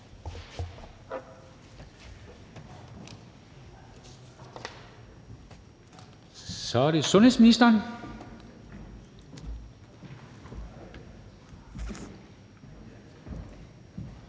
Så er det sundhedsministeren.